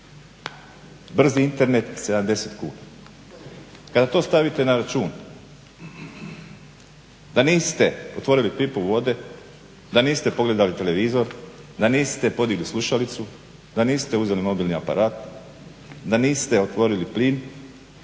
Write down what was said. brzi internet 70 kuna. Kada to stavite na račun da niste otvorili pipu vode, da niste pogledali televizor, da niste podigli slušalicu, da niste uzeli mobilni aparat, da niste otvorili plin